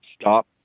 stop